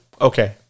Okay